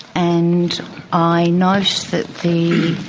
and i note that the